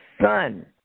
son